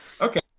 okay